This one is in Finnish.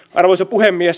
arvoisa puhemies